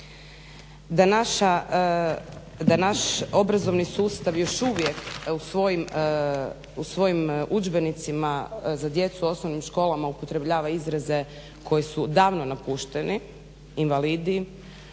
Da naš obrazovni sustav još uvijek u svojim udžbenicima za djecu u osnovnim školama upotrebljava izraze koji su davno napušteni, invalidi,